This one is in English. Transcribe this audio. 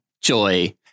JOY